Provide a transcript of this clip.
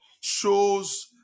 shows